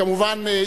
כמובן,